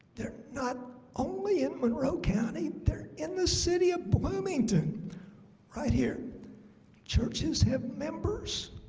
they're not only in monroe county. they're in the city of bloomington right here churches have members